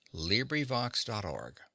LibriVox.org